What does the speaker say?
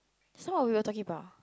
so what we were talking about